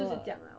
就是这样 lah